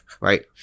right